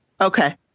okay